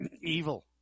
evil